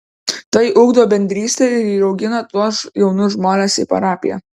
tai ugdo bendrystę ir įaugina tuos jaunus žmones į parapiją